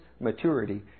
maturity